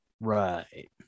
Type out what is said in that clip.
Right